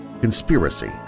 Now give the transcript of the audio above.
conspiracy